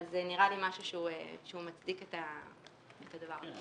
אבל זה נראה לי משהו שהוא מצדיק את הדבר הזה.